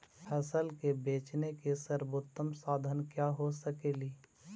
फसल के बेचने के सरबोतम साधन क्या हो सकेली?